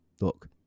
look